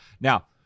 Now